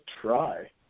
try